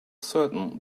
certain